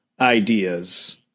ideas